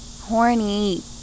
horny